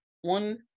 One